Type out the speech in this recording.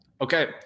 Okay